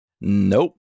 Nope